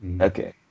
Okay